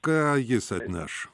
ką jis atneš